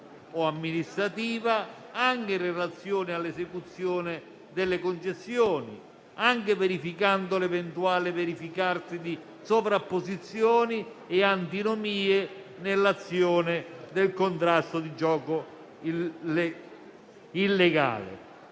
o amministrativa, anche in relazione all'esecuzione delle concessioni, anche verificando l'eventuale verificarsi di sovrapposizioni e antinomie nell'azione di contrasto al gioco illegale.